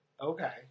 Okay